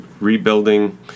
rebuilding